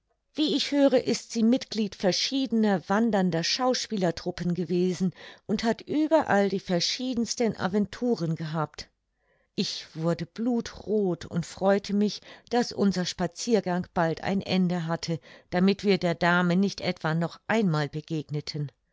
wie ich höre ist sie mitglied verschiedener wandernder schauspielertruppen gewesen und hat überall die verschiedensten aventuren gehabt ich wurde blutroth und freute mich daß unser spaziergang bald ein ende hatte damit wir der dame nicht etwa noch einmal begegneten